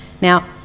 Now